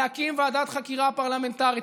להקים ועדת חקירה פרלמנטרית,